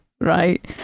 right